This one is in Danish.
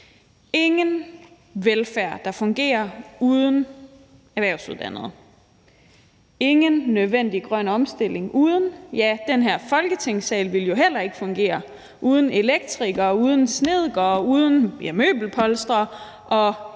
ingen velfærd, der fungerer uden erhvervsuddannede, og der er ingen nødvendig grøn omstilling uden dem. Ja, den her Folketingssal ville jo heller ikke fungere uden elektrikere, uden snedkere, uden møbelpolstrere og